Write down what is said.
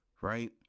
right